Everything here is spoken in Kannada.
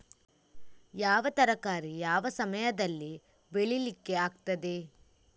ಯಾವ ತರಕಾರಿ ಯಾವ ಸಮಯದಲ್ಲಿ ಬೆಳಿಲಿಕ್ಕೆ ಆಗ್ತದೆ?